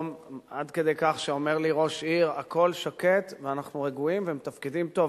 עד כדי כך שאומר לי ראש עיר: הכול שקט ואנחנו רגועים ומתפקדים טוב.